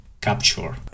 capture